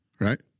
right